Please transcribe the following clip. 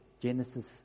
Genesis